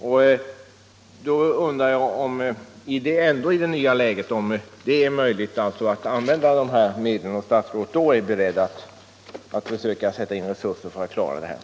Då undrar jag om det är möjligt att i det nya läget använda AMS-medlen och om statsrådet är beredd att försöka sätta in resurser för att klara situationen.